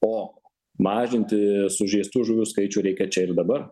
o mažinti sužeistų žuvių skaičių reikia čia ir dabar